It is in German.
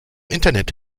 internet